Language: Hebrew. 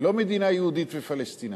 ולא מדינה יהודית ופלסטינית.